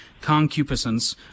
concupiscence